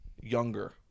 younger